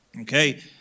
Okay